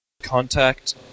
contact